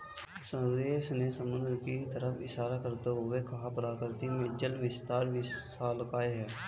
सुरेश ने समुद्र की तरफ इशारा करते हुए कहा प्रकृति में जल वितरण विशालकाय है